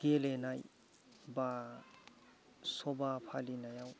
गेलेनाय बा सभा फालिनायाव